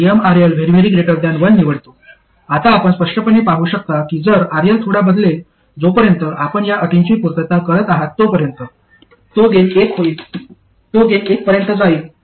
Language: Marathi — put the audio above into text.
आता आपण स्पष्टपणे पाहू शकता की जर RL थोडा बदलेल जोपर्यंत आपण या अटींची पूर्तता करत आहात तोपर्यंत तो गेन एक होईल तो गेन 1 पर्यंत जाईल